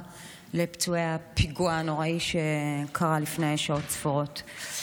לפצועי הפיגוע הנוראי שקרה לפני שעות ספורות.